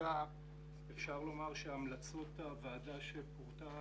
כרגע אפשר לומר שהמלצות הוועדה שפורטו